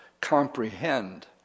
comprehend